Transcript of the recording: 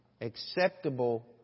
Acceptable